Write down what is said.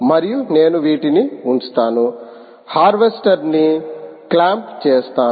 మరియు నేను వీటిని ఉంచుతాను హార్వెస్టర్ ని క్లాంప్ చేస్తాను